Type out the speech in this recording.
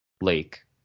Lake